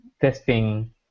testing